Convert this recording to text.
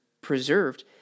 preserved